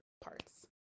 parts